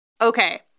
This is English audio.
Okay